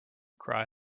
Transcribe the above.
cry